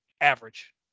average